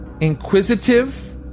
inquisitive